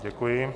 Děkuji.